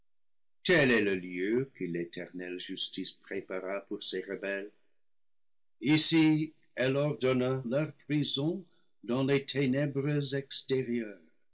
tel est le lieu que l'éternelle justice prépara pour ces rebelles ici elle ordonna leur prison dans les ténèbres extérieures